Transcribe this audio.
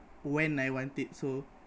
when I want it so